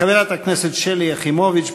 חברת הכנסת שלי יחימוביץ,